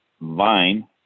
Vine